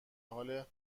حال